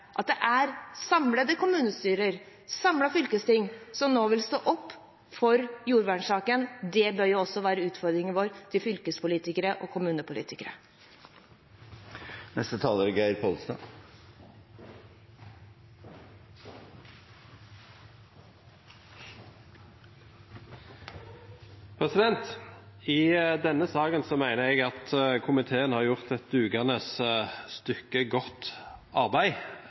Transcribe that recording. at det er samlede kommunestyrer og samlede fylkesting som nå vil stå opp for jordvernsaken. Det bør også være utfordringen vår til fylkespolitikere og kommunepolitikere. I denne saken mener jeg at komiteen har gjort et dugende stykke godt arbeid